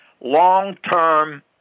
Long-term